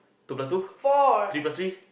two plus two three plus three